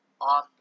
on